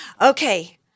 Okay